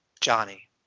Johnny